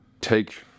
take